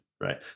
right